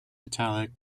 italic